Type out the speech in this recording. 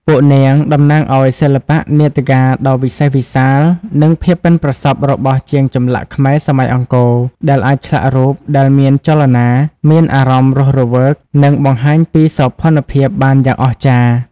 ពួកនាងតំណាងឲ្យ សិល្បៈនាដកាដ៏វិសេសវិសាល និងភាពប៉ិនប្រសប់របស់ជាងចម្លាក់ខ្មែរសម័យអង្គរ ដែលអាចឆ្លាក់រូបដែលមានចលនា មានអារម្មណ៍រស់រវើក និងបង្ហាញពីសោភ័ណភាពបានយ៉ាងអស្ចារ្យ។